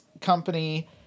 company